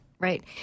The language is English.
Right